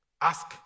Ask